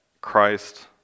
Christ